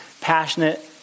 passionate